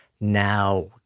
now